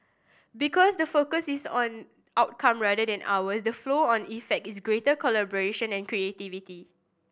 because the focus is on outcome rather than hours the flow on effect is greater collaboration and creativity